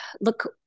look